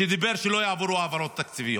כשאמר שלא יעברו העברות תקציביות.